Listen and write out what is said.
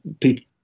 people